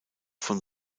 von